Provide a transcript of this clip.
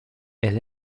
elle